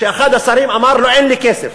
כשאחד השרים אמר לו "אין לי כסף",